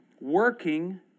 working